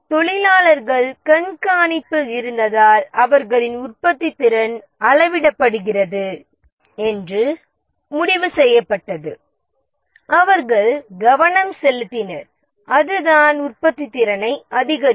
தொழிலாளர்கள் கண்காணிப்பில் இருந்ததால் அவர்களின் உற்பத்தித்திறன் அளவிடப்படுகிறது என்று முடிவு செய்யப்பட்டது அவர்கள் கவனம் செலுத்தினர் அதுதான் உற்பத்தித்திறனை அதிகரிக்கும்